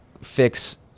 fix